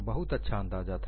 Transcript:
बहुत अच्छा अंदाजा था